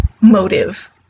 motive